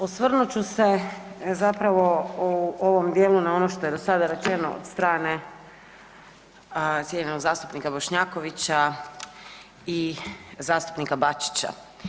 Osvrnut ću se zapravo u ovom dijelu na ono što je do sada rečeno od strane cijenjenog zastupnika Bošnjakovića i zastupnika Bačića.